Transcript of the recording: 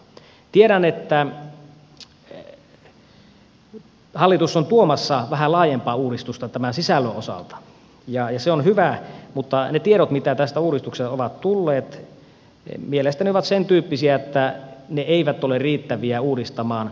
tiedän että hallitus on tuomassa vähän laajempaa uudistusta tämän sisällön osalta ja se on hyvä mutta ne tiedot mitkä tästä uudistuksesta ovat tulleet ovat mielestäni sentyyppisiä että ne eivät ole riittäviä uudistamaan